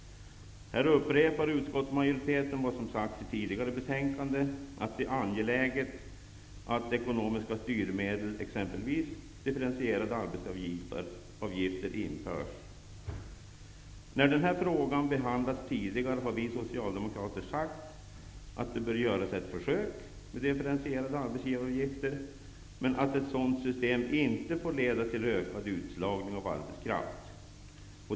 Här upprepar utskottsmajoriteten vad som sagts i tidigare betänkande, nämligen att det är angeläget att ekonomiska styrmedel, exempelvis differentierade arbetsgivaravgifter, införs. När den här frågan har behandlats tidigare har vi socialdemokrater sagt att det bör göras försök med differentierade arbetsgivaravgifter, men att ett sådant system inte får leda til ökad utslagning av arbetskraft.